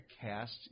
cast